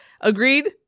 Agreed